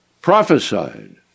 Prophesied